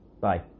Bye